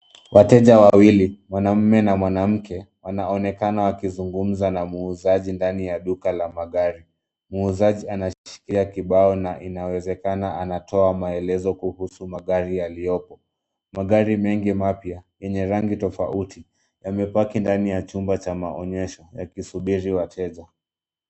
Wateja wawili, mwanaume na mwanamke wanaonekana wakizungumza na muuzaji ndani ya duka la magari. Muuzaji anashikilia kibao na inawezekana anatoa maelezo kuhusu magari yaliyopo. Magari mengi mapya yenye rangi tofauti yamepaki ndani ya chumba cha maonyesho yakisubiri wateja.